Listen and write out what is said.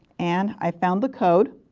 and i found the code.